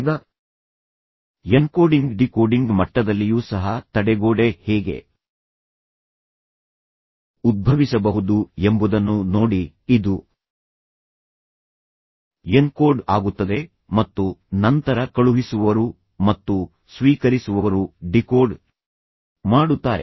ಈಗ encoding decoding ಮಟ್ಟದಲ್ಲಿಯೂ ಸಹ ತಡೆಗೋಡೆ ಹೇಗೆ ಉದ್ಭವಿಸಬಹುದು ಎಂಬುದನ್ನು ನೋಡಿ ಇದು ಎನ್ಕೋಡ್ ಆಗುತ್ತದೆ ಮತ್ತು ನಂತರ ಕಳುಹಿಸುವವರು ಮತ್ತು ಸ್ವೀಕರಿಸುವವರು ಡಿಕೋಡ್ ಮಾಡುತ್ತಾರೆ